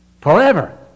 Forever